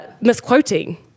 misquoting